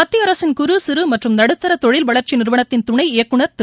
மத்திய அரசின் குறு சிறு மற்றும் நடுத்தர தொழில் வளா்ச்சி நிறுவனத்தின் துணை இயக்குநர் திரு